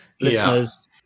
listeners